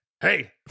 hey